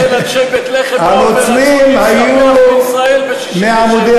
לכן אנשי בית-לחם רצו להסתפח לישראל ב-1967.